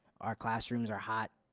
our classrooms are hot.